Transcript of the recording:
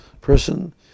Person